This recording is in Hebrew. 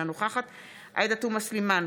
אינה נוכחת עאידה תומא סלימאן,